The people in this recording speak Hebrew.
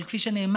אבל כפי שנאמר,